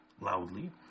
loudly